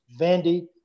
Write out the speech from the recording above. Vandy